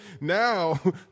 now